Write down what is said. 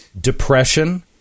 depression